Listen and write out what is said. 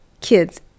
kids